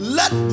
let